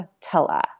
Tella